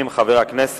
הצעת